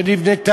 שנבנה,